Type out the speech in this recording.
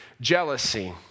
jealousy